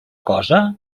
cosa